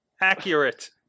Accurate